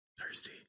Thirsty